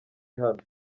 hano